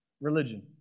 Religion